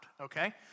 okay